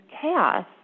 chaos